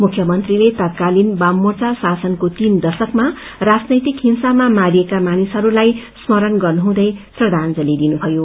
मुख्यमन्त्रीले रात्कालीन वाममोर्चा शासनको सीन दशकमा राजनैतिक हिंसामा मारिएका मानिसहस्लाई स्मरण गर्नुहुँदै श्रखांजली दिनुथयो